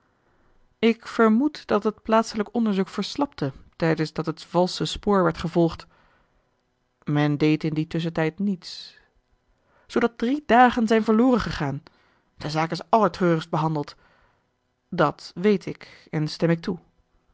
ik vermoed dat het plaatselijk onderzoek verslapte tijdens dat het valsche spoor werd gevolgd men deed in dien tusschentijd niets zoodat drie dagen zijn verloren gegaan de zaak is allertreurigst behandeld dat weet ik en stem ik toe